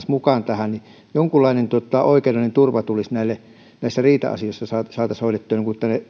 mukaan tähän niin että jonkunlainen oikeudellinen turva riita asioihin saataisiin hoidettua